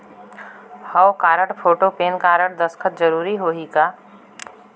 हव card, photo, PAN card, दस्खत जरूरी होही का?